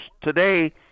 today